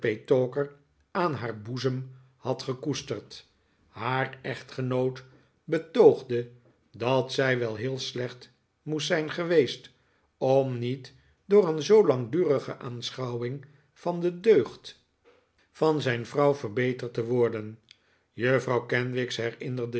aan haar boezem had gekoesterd haar echtgenoot betoogde dat zij wel heel slecht moest zijn geweest om niet door een zoo langdurige aanschouwing van de deugd van zijn vrouw verbeterd te worden juffrouw kenwigs herinnerde